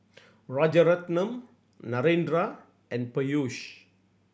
Rajaratnam Narendra and Peyush